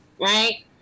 right